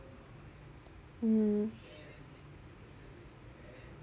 mm